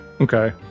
Okay